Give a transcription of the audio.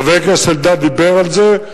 חבר הכנסת אלדד דיבר על זה,